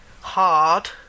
hard